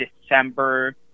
december